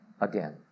again